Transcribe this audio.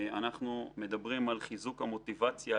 אנחנו מדברים על חיזוק המוטיבציה,